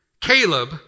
Caleb